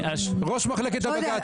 ראש מחלקת הבג"צים.